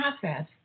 process